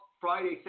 Friday